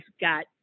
got –